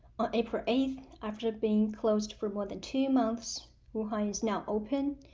on april eighth, after being closed for more than two months, wuhan is now open,